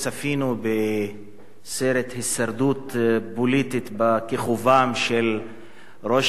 צפינו בסרט הישרדות פוליטית בכיכובם של ראש